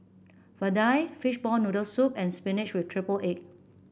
vadai Fishball Noodle Soup and spinach with triple egg